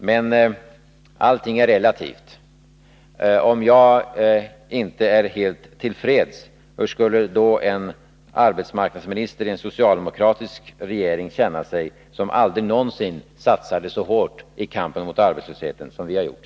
Men allting är relativt. Om jag inte är helt till freds — hur skulle då en arbetsmarknadsminister i en socialdemokratisk regering känna sig, som aldrig någonsin satsade så hårt i kampen mot arbetslösheten som vi har gjort?